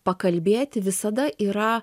pakalbėti visada yra